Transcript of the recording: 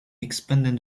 expanded